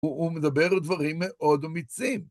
‫הוא מדבר על דברים מאוד אומיצים.